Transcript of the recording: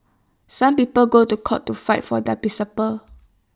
some people go to court to fight for their principles